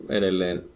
edelleen